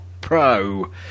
pro